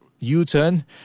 U-turn